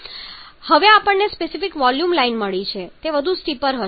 હવે આપણને specific volume line મળી છે તે વધુ સ્ટીપર હશે